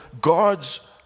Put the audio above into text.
God's